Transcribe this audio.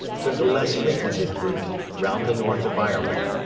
took a less frequented route round the north of ireland,